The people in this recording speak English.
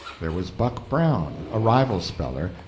there was buck brown, a rival speller,